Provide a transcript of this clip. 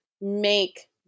make